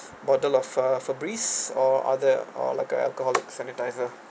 bottle of uh Febreze or other or like a alcohol sanitizers